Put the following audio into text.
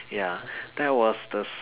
ya that was the